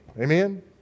Amen